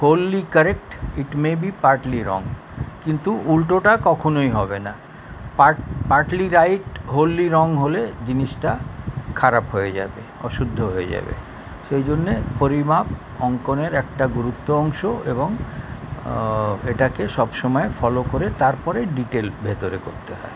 wholly correct it may be partly wrong কিন্তু উল্টোটা কখনোই হবে না পার্টলি রাইট হোললি রং হলে জিনিসটা খারাপ হয়ে যাবে অশুদ্ধ হয়ে যাবে সেই জন্য পরিমাপ অঙ্কনের একটা গুরুত্ব অংশ এবং এটাকে সব সময় ফলো করে তারপরে ডিটেল ভিতরে করতে হয়